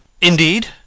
Indeed